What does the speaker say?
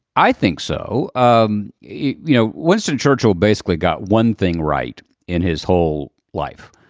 i think so. um you know, winston churchill basically got one thing right in his whole life.